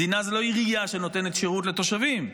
מדינה זה לא עירייה שנותנת שירות לתושבים.